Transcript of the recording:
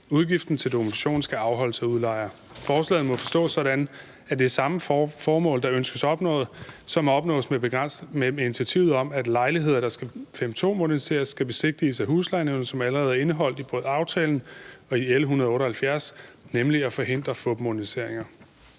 Udgiften til dokumentationen skal afholdes af udlejer. Denne del af forslaget må forstås sådan, at det er samme formål, der ønskes opnået, som opnås med initiativet om, at lejligheder, der skal § 5, stk. 2-moderniseres, skal besigtiges af huslejenævnet, som allerede er indeholdt i både aftalen og i L 178, nemlig at forhindre fupmoderniseringer.